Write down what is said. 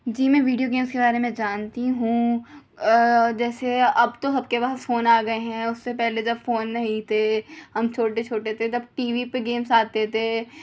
جی میں video games کے بارے میں جانتی ہوں جیسے اب تو سب کے پاس فون آ گئے ہیں اس سے پہلے جب فون نہیں تھے ہم چھوٹے چھوٹے تھے تب ٹی وی پہ گیمس آتے تھے